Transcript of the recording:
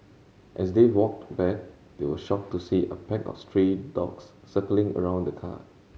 as they walked back they were shocked to see a pack of stray dogs circling around the car